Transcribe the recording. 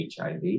hiv